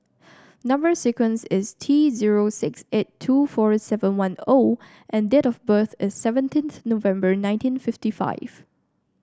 number sequence is T zero six eight two four seven one O and date of birth is seventeenth November nineteen fifty five